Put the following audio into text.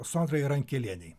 sondrai rankelienei